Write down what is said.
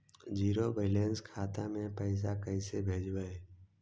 Zero balance खाता से पैसा कैसे भेजबइ?